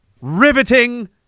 riveting